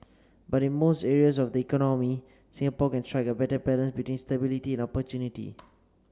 but in most areas of the economy Singapore can strike a better balance between stability and opportunity